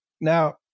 Now